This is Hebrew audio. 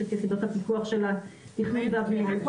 יש את יחידות הפיתוח של התכנון והבניה.